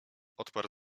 odparł